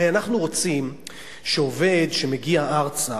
הרי אנחנו רוצים שעובד שמגיע ארצה